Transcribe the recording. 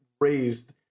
raised